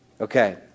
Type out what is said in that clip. Okay